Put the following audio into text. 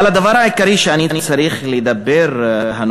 אבל הדבר העיקרי שאני צריך לדבר עליו,